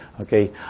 okay